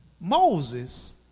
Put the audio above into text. Moses